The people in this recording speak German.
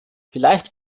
vielleicht